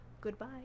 Goodbye